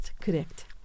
Correct